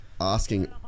Asking